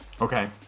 Okay